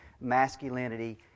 masculinity